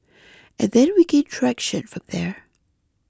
and then we gained traction from there